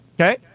Okay